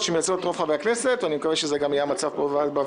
שמייצגות את רוב חברי הכנסת אני מקווה שזה גם יהיה המצב פה בוועדה